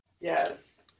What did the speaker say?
Yes